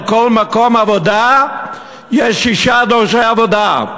על כל מקום עבודה יש שישה דורשי עבודה.